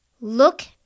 look